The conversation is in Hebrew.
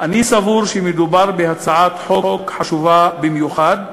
אני סבור שמדובר בהצעת חוק חשובה במיוחד,